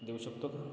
देऊ शकतो का